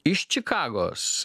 iš čikagos